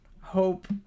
hope